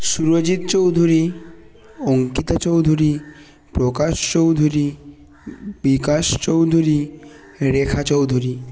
Surajit Chowdhury Ankita Chowdhury Prakash Chowdhury Bikash Chowdhury Rekha Chowdhury